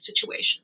situation